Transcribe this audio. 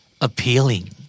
Appealing